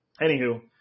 anywho